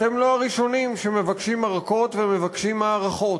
אתם לא הראשונים שמבקשים ארכות ומבקשים הארכות.